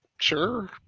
Sure